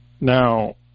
Now –